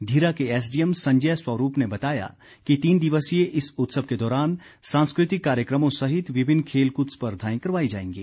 धीरा के एसडीएम संजय स्वरूप ने बताया कि तीन दिवसीय इस उत्सव के दौरान सांस्कृतिक कार्यक्रमों सहित विभिन्न खेलकृद स्पर्धाएं करवाई जाएंगी